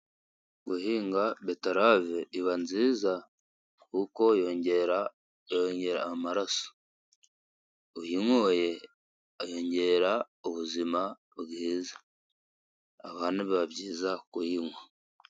Guhinga beterave, iba nziza kuko yongera amaraso. Uyinyoye, yongera ubuzima bwiza. Abana biba byiza kuyinywa.